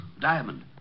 Diamond